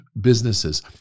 businesses